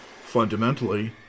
Fundamentally